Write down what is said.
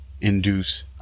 induce